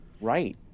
Right